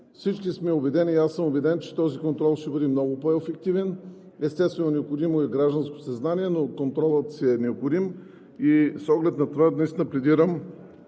всички сме убедени и аз съм убеден, че този контрол ще бъде много по-ефективен. Естествено, необходимо е гражданско съзнание, но контролът си е необходим. С оглед на това наистина пледирам